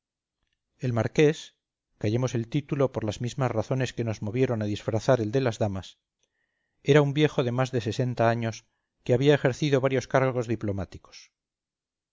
el marqués callemos el título por las mismas razones que nos movieron a disfrazar el de las damas era un viejo de mas de sesenta años que había ejercido varios cargos diplomáticos